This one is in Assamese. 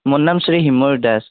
মোৰ নাম শ্ৰী হিমুৰ দাস